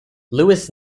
lewis